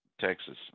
Texas